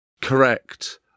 Correct